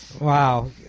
Wow